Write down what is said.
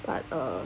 but uh